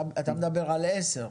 אתה מדבר על עשר פניות.